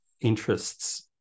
interests